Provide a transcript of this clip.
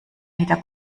wieder